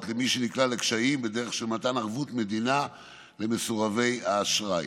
למי שנקלע לקשיים בדרך של מתן ערבות מדינה למסורבי האשראי.